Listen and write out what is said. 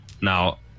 Now